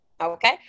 okay